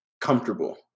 comfortable